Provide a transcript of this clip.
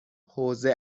حوزه